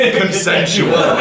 consensual